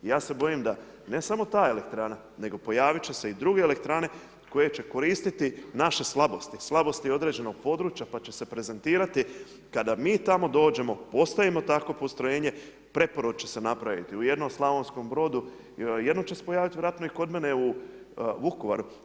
I ja se bojim da ne samo ta elektrana nego pojaviti će se i druge elektrane koje će koristiti naše slabosti, slabosti određenog područja pa će se prezentirati, kada mi tamo dođemo, postavimo takvo postrojenje, preporod će se napraviti u jednom Slavonskom brodu, jednom će pojaviti vjerojatno i kod mene u Vukovaru.